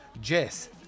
Jess